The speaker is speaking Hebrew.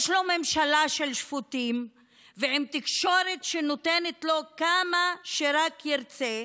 יש לו ממשלה של שפוטים ועם תקשורת שנותנת לו כמה שרק ירצה,